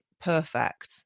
perfect